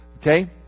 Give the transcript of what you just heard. okay